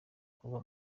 kuva